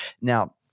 now